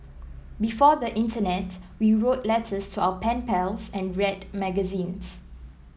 before the internet we wrote letters to our pen pals and read magazines